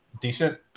decent